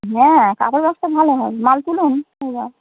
হ্যাঁ কাপড়ের ব্যবসা ভালো হবে মাল তুলুন এইবার